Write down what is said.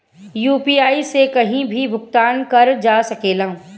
UPI से कहीं भी भुगतान कर जा सकेला?